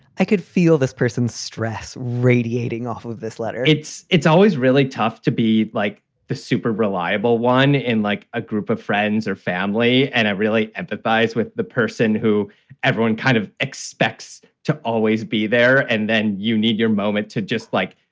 i could feel this person's stress radiating off of this letter it's it's always really tough to be like the super reliable one. and like a group of friends or family. and i really empathize with the person who everyone kind of expects to always be there. and then you need your moment to just, like,